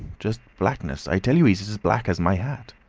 just blackness. i tell you, he's as as black as my hat.